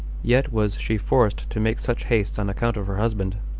yet was she forced to make such haste on account of her husband.